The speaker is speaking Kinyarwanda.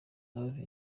love